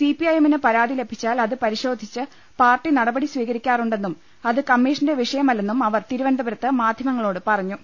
സിപിഐഎമ്മിന് പരാതി ലഭിച്ചാൽ അത് പരിശോധിച്ച് പാർട്ടി നടപടി സ്വീകരി ക്കാറുണ്ടെന്നും അത് കമ്മീഷന്റെ വിഷയമല്ലെന്നും അവർ തിരു വനന്തപുരത്ത് മാധ്യമങ്ങളോട് പറഞ്ഞു